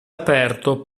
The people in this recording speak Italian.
aperto